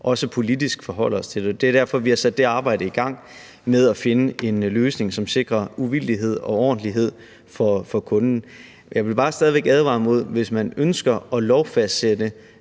også politisk forholder os til det. Det er derfor, vi har sat det arbejde med at finde en løsning, som sikrer uvildighed og ordentlighed for kunden, i gang. I princippet kan man godt lovfastsætte